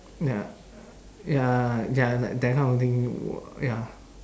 ya ya ya like that kind of thing w~ ya